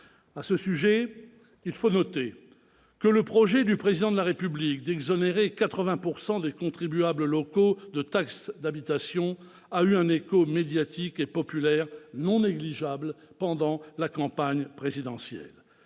À ce sujet, il faut noter que le projet du Président de la République d'exonérer 80 % des contribuables locaux de taxe d'habitation a eu un écho médiatique et populaire non négligeable pendant la campagne présidentielle.